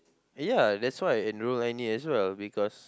ya that's why and Nurul-Aini as well because